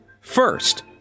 First